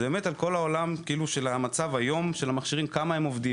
זה באמת על המצב היום של המכשירים: כמה הם עובדים.